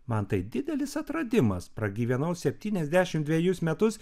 man tai didelis atradimas pragyvenau septunoasdešimt dvejus metus